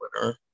winner